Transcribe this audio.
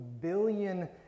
billion